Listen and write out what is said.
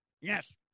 Yes